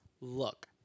look